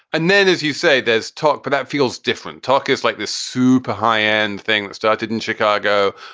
and then, as you say, there's talk, but that feels different. talk is like this super high end thing that started in chicago,